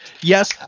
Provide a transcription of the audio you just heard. yes